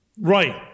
right